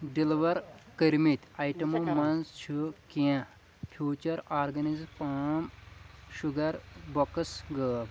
deliver کٔرمِتۍ آیٹمو منٛز چھِ کیٚنٛہہ feature organized palm sugar boxes غٲب